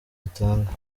dutanga